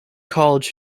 college